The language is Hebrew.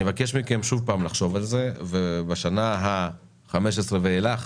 מבקש מכם שוב לחשוב על זה ובשנה ה-15 ואילך